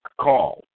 call